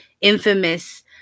infamous